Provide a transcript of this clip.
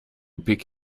pick